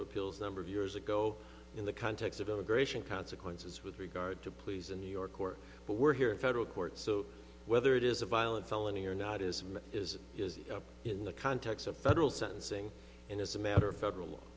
of appeals a number of years ago in the context of immigration consequences with regard to please a new york court but we're here federal court so whether it is a violent felony or not is is in the context of federal sentencing and it's a matter of federal